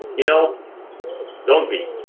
you know don't be.